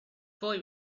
boy